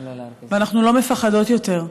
ואנחנו לא מפחדות יותר.